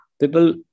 people